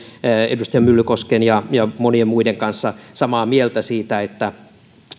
edustaja myllykosken ja monien muiden kanssa samaa mieltä siitä että